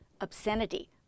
Obscenity